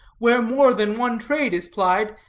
where more than one trade is plied,